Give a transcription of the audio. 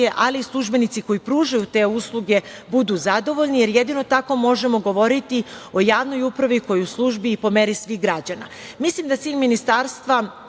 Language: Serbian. ali i službenici koji pružaju te usluge budu zadovoljni, jer jedino tako možemo govoriti o javnoj upravi koja je u službi i po meri svih građana. Mislim da je cilj Ministarstva,